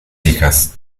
hijas